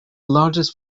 largest